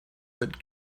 that